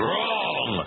Wrong